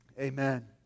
Amen